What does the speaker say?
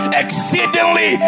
exceedingly